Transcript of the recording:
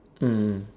mm